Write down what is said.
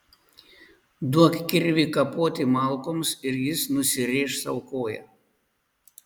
duok kirvį kapoti malkoms ir jis nusirėš sau koją